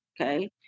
okay